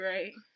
Right